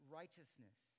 righteousness